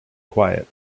quiet